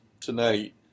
tonight